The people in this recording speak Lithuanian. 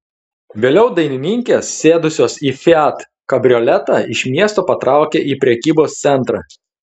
vėliau dainininkės sėdusios į fiat kabrioletą iš miesto patraukė į prekybos centrą